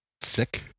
Sick